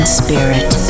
spirit